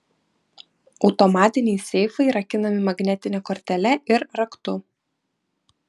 automatiniai seifai rakinami magnetine kortele ir raktu